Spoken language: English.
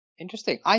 Interesting